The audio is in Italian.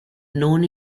non